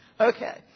Okay